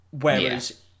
Whereas